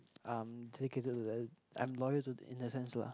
um take it to the I'm loyal to in the sense lah